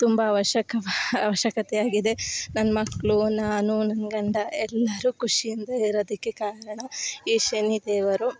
ತುಂಬ ಅವಶ್ಯಕ ಅವಶ್ಯಕತೆಯಾಗಿದೆ ನನ್ನ ಮಕ್ಕಳು ನಾನು ನನ್ನ ಗಂಡ ಎಲ್ಲರು ಖುಷಿಯಿಂದ ಇರೋದಕ್ಕೆ ಕಾರಣ ಈ ಶನಿ ದೇವರು